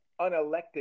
unelected